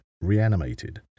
reanimated